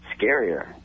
scarier